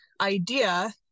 idea